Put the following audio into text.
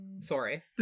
sorry